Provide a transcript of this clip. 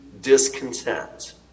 discontent